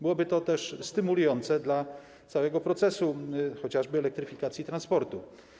Byłoby to też stymulujące dla całego procesu, chociażby elektryfikacji transportu.